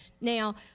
Now